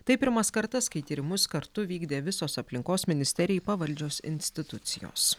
tai pirmas kartas kai tyrimus kartu vykdė visos aplinkos ministerijai pavaldžios institucijos